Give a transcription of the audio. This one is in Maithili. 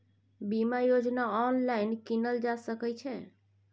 बीमा योजना ऑनलाइन कीनल जा सकै छै?